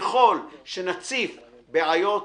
ככל שנציף בעיות,